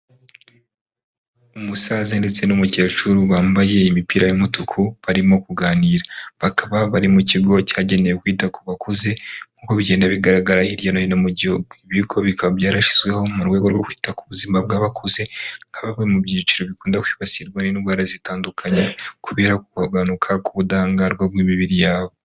Umusaza ndetse n'umukecuru wambaye imipira y'umutuku barimo kuganira. Bakaba bari mu kigo cyagenewe kwita ku bakuze, nkuko bigenda bigaragara hirya no hino mu gihugu, ariko bikaba byarashyizweho mu rwego rwo kwita ku buzima bw'abakuze haba mu byiciro bikunda kwibasirwa n'indwara zitandukanye kubera kugabanuka k'ubudahangarwa bw'imibiri yabo.